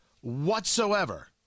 whatsoever